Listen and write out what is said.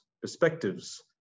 perspectives